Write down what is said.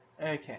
okay